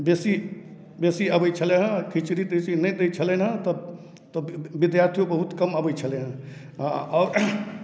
बेसी बेसी अबै छलय हँ खिचड़ी तिचड़ी नहि दै छलनि हँ तऽ विद्यार्थियो बहुत कम अबै छलै हँ आओर